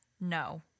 No